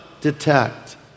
detect